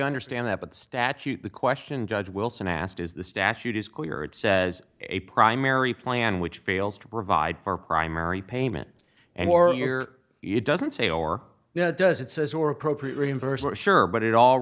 understand that but statute the question judge wilson asked is the statute is clear it says a primary plan which fails to provide for primary payment and warrior it doesn't say or now does it says or appropriate reimbursement sure but it all